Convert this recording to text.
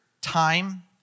time